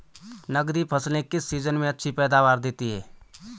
नकदी फसलें किस सीजन में अच्छी पैदावार देतीं हैं?